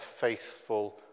faithful